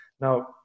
Now